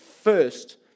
First